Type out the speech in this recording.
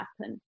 happen